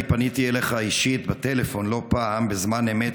אני פניתי אליך אישית בטלפון לא פעם בזמן אמת